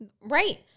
Right